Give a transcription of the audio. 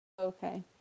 Okay